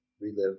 relive